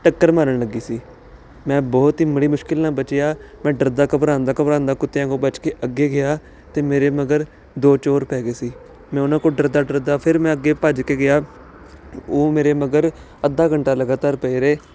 ਟੱਕਰ ਮਾਰਨ ਲੱਗੀ ਸੀ ਮੈਂ ਬਹੁਤ ਹੀ ਬੜੀ ਮੁਸ਼ਕਲ ਨਾਲ ਬਚਿਆ ਮੈਂ ਡਰਦਾ ਘਬਰਾਉਂਦਾ ਘਬਰਾਉਂਦਾ ਕੁੱਤਿਆਂ ਕੋਲ ਬਚ ਕੇ ਅੱਗੇ ਗਿਆ ਤਾਂ ਮੇਰੇ ਮਗਰ ਦੋ ਚੋਰ ਪੈ ਗਏ ਸੀ ਮੈਂ ਉਹਨਾਂ ਕੋਲ ਡਰਦਾ ਡਰਦਾ ਫਿਰ ਮੈਂ ਅੱਗੇ ਭੱਜ ਕੇ ਗਿਆ ਉਹ ਮੇਰੇ ਮਗਰ ਅੱਧਾ ਘੰਟਾ ਲਗਾਤਾਰ ਪਏ ਰਹੇ